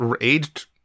aged